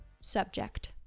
subject